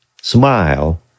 Smile